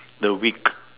the week